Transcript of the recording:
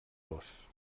dos